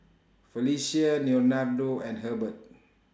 Felicia Leonardo and Hebert